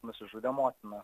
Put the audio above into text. nusižudė motina